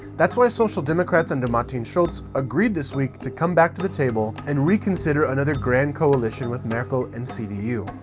that's why social democrats under martin schulz agreed this week to come back to the table and reconsider another grand coalition with merkel and cdu.